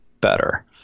better